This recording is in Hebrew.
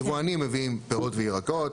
יבואנים מביאים פירות וירקות.